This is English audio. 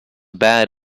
bad